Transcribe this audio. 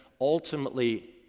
ultimately